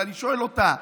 ואני שואל אותה: